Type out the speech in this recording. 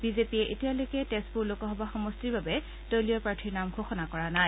বিজেপিয়ে এতিয়ালৈকে তেজপুৰ লোকসভা সমষ্টিৰ বাবে দলীয় প্ৰাৰ্থীৰ নাম ঘোষণা কৰা নাই